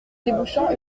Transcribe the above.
débouchant